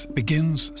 begins